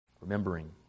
remembering